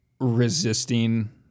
resisting